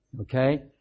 Okay